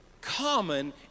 Common